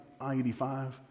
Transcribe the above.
I-85